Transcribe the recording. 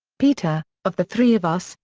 peter, of the three of us,